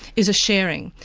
is a sharing.